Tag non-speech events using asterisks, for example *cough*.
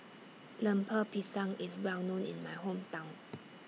Lemper Pisang IS Well known in My Hometown *noise*